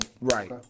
Right